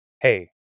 hey